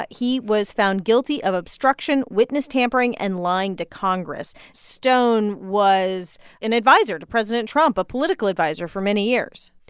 but he was found guilty of obstruction, witness tampering and lying to congress. stone was an adviser to president trump, a political adviser for many years.